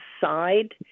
side